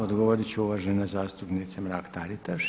Odgovorit će uvažena zastupnika Mrak Taritaš.